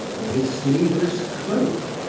nor his sleeveless cloak,